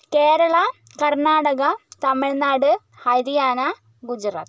Kerala Karnataka Tamil Nadu Haryana Gujarat